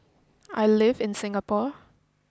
I live in Singapore